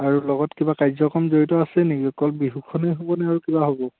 আৰু লগত কিবা কাৰ্যক্ৰম জড়িত আছে নেকি অকল বিহুখনেই হ'বনে আৰু কিবা হ'ব